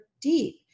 deep